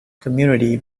community